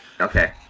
Okay